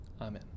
Amen